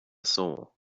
soul